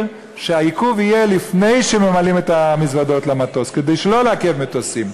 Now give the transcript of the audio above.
שהעיכוב יהיה לפני שמעלים את המזוודות למטוס כדי שלא לעכב מטוסים?